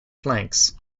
flanks